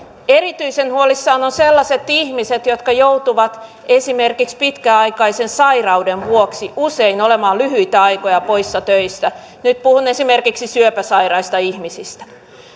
erityisen huolissaan ovat sellaiset ihmiset jotka joutuvat esimerkiksi pitkäaikaisen sairauden vuoksi usein olemaan lyhyitä aikoja poissa töistä nyt puhun esimerkiksi syöpäsairaista ihmisistä